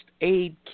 aid